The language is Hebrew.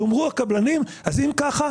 יאמרו הקבלנים: אם כך,